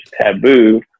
taboo